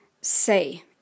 say